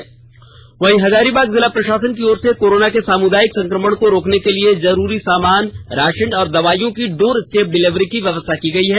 door step delivery Hazaribagh जिला प्रषासन की ओर से कोरोना के सामुदायिक संकमण को रोकने के लिए जरूरी सामान राषन और दवाईयों की डोर स्टेप डिलीवरी की व्यवस्था की गयी है